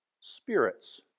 spirits